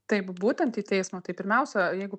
taip būtent į teismą tai pirmiausia jeigu